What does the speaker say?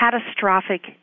catastrophic